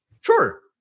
sure